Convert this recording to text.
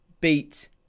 beat